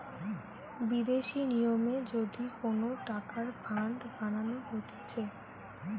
বিদেশি নিয়মে যদি কোন টাকার ফান্ড বানানো হতিছে